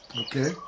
Okay